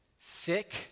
sick